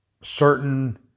certain